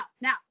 Now